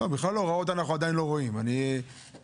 אנחנו בכלל עדיין לא רואים את ההוראות.